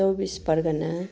Chaubis Pargana